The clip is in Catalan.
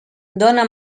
dóna